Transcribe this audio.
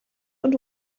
und